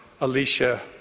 Alicia